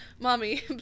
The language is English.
mommy